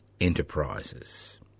enterprises